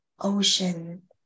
ocean